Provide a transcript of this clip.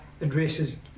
addresses